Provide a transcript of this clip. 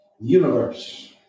Universe